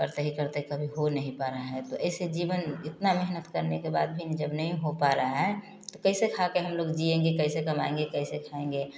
ऐसे ही करते कभी हो नहीं पा रहा है तो ऐसे जीवन इतना मेहनत करने के बाद भी जब नहीं हो पा रहा है कैसे खाके हम लोग जिएँगे कैसे कमाएँगे कैसे खाएँगे